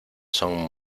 son